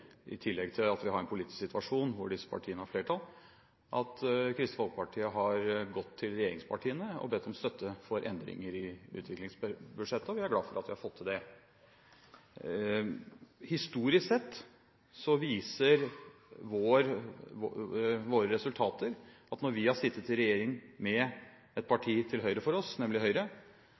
i tillegg til at vi har en politisk situasjon hvor disse partiene har flertall, at Kristelig Folkeparti har gått til regjeringspartiene og bedt om støtte for endringer i utviklingsbudsjettet, og vi er glad for at vi har fått til det. Historisk sett viser våre resultater at når vi har sittet i regjering med et parti til høyre for oss, nemlig Høyre,